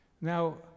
Now